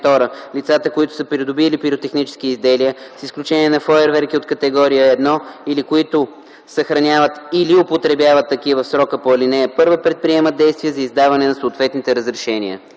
Лицата, които са придобили пиротехнически изделия, с изключение на фойерверки от категория 1, или които съхраняват или употребяват такива, в срока по ал. 1 предприемат действия за издаване на съответните разрешения.”